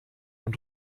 und